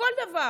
בכל דבר.